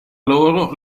loro